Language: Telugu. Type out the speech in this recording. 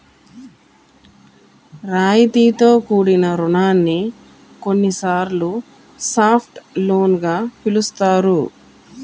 రాయితీతో కూడిన రుణాన్ని కొన్నిసార్లు సాఫ్ట్ లోన్ గా పిలుస్తారు